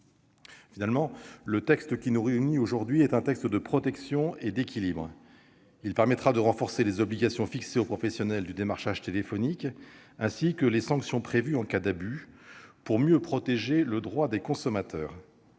Finalement, le texte qui nous réunit aujourd'hui est un texte de protection et d'équilibre. Son adoption permettra de renforcer les obligations fixées aux professionnels du démarchage téléphonique, ainsi que les sanctions prévues en cas d'abus, pour mieux protéger les droits des consommateurs.